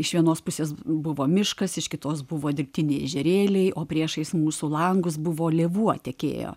iš vienos pusės buvo miškas iš kitos buvo dirbtiniai ežerėliai o priešais mūsų langus buvo lėvuo tekėjo